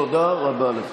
תודה רבה לך.